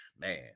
Man